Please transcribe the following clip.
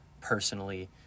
personally